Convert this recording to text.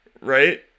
right